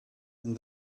and